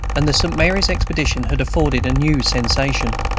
and the st. mary's expedition had afforded a new sensation.